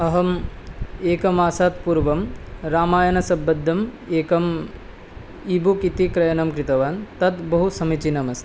अहम् एकमासात् पूर्वं रामायणसम्बद्धम् एकम् इ बुक् इति क्रयणं कृतवान् तत् बहु समीचीनमस्ति